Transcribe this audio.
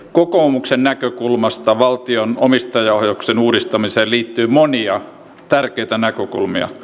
kokoomuksen näkökulmasta valtion omistajaohjauksen uudistamiseen liittyy monia tärkeitä näkökulmia